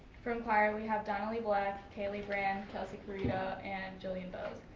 from choir we have donnelly black, kaily bran, kelsey corito, and jillian bowes.